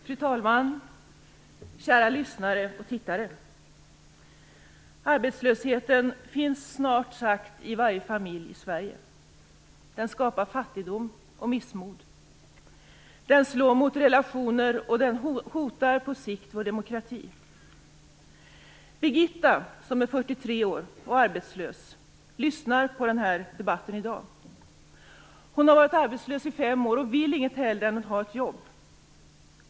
Fru talman! Kära lyssnare och tittare! Arbetslösheten finns snart sagt i varje familj i Sverige. Den skapar fattigdom och missmod. Den slår mot relationer, och den hotar på sikt vår demokrati. Birgitta, som är 43 år och arbetslös, lyssnar på den här debatten i dag. Hon har varit arbetslös i fem år och vill inget hellre än att ha ett jobb.